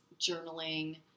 journaling